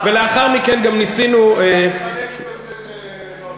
ולאחר מכן גם ניסינו שאתה תחלק את פרסי נובל,